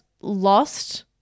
lost –